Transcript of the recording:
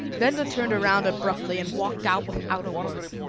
benda turned around abruptly and walked out without a word.